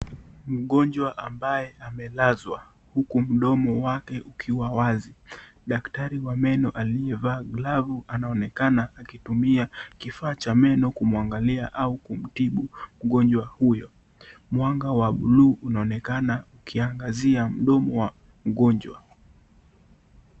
Mgonjwa ambaye amelazwa huku mdomo wake ukiwa wazi. Daktari wa meno aliyevaa glavu anaonekana akitumia kifaa cha meno kumwangalia au kumtibu mgonjwa huyo. Mwanga wa bluu unaonekana ukiangazia mdomo wa mgonjwa.